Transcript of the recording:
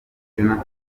jonathan